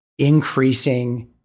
increasing